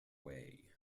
way